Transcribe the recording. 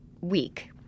week